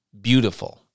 beautiful